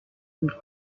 and